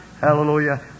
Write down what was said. Hallelujah